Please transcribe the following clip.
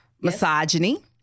misogyny